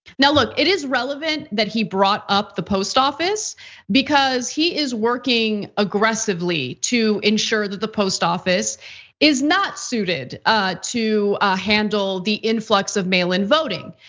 now look, it is relevant that he brought up the post office because he is working aggressively to ensure that the post office is not suited to handle the influx of mail-in-voting.